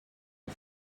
are